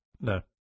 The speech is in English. No